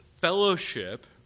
fellowship